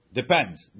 depends